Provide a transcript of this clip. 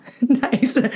nice